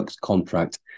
contract